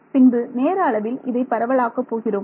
பின்பு நேர அளவில் இதை பரவலாக்க போகிறோம்